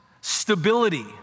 stability